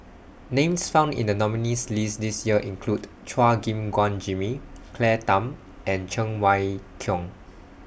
Names found in The nominees' list This Year include Chua Gim Guan Jimmy Claire Tham and Cheng Wai Keung